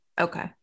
Okay